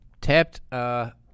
Tapped –